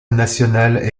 national